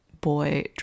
boy